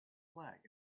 flag